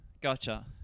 Gotcha